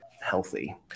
healthy